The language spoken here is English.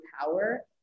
power